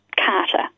Carter